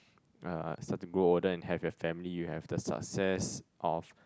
ah ah start to grow older and have your family you have the success of